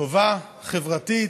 טובה וחברתית.